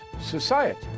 society